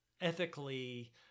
ethically